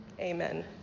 Amen